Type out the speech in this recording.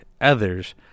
others